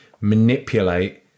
manipulate